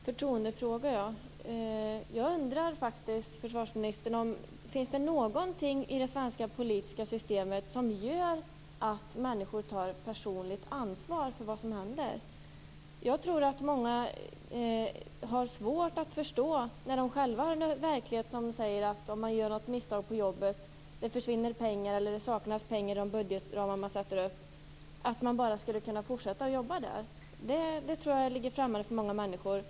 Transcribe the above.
Fru talman! Apropå förtroendefråga undrar jag faktiskt, försvarsministern, om det finns någonting i det svenska politiska systemet som gör att människor tar ett personligt ansvar för vad som händer. Jag tror att många har svårt att förstå det inträffade med tanke på sin egen verklighet. Det är för dem inte så, att om de gör något misstag på jobbet - om det försvinner pengar eller saknas pengar i de budgetramar som sätts upp - kan de bara fortsätta att arbeta där. Jag tror att det står klart för många människor.